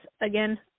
again